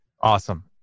Awesome